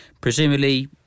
Presumably